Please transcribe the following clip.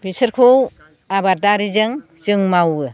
बेसोरखौ आबादारिजों जों मावो